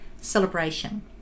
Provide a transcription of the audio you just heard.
celebration